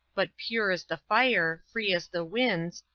but pure as the fire, free as the winds,